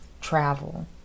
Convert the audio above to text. travel